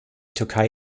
türkei